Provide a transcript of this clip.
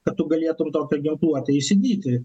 kad tu galėtum tokią ginkluotę įsigyti